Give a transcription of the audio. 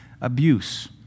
abuse